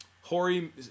Hori